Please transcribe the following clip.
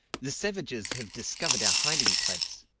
the savages have discovered our hiding-place.